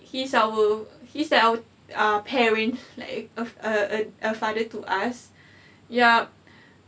he's our he's like our uh parent like a a a father to us yup